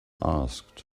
asked